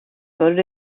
voted